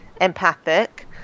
empathic